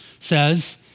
says